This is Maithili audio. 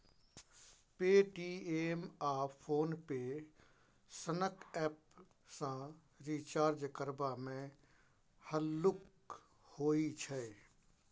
पे.टी.एम आ फोन पे सनक एप्प सँ रिचार्ज करबा मे हल्लुक होइ छै